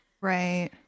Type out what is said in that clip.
Right